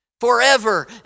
Forever